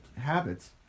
habits